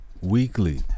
weekly